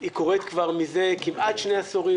היא קורית כבר מזה כמעט שני עשורים,